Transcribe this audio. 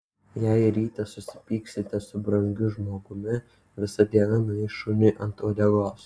jei rytą susipyksite su brangiu žmogumi visa diena nueis šuniui ant uodegos